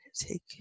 take